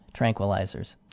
tranquilizers